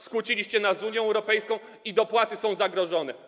Skłóciliście nas z Unią Europejską i dopłaty są zagrożone.